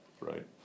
right